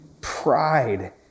Pride